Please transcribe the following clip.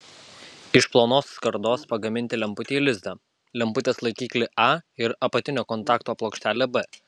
iš plonos skardos pagaminti lemputei lizdą lemputės laikiklį a ir apatinio kontakto plokštelę b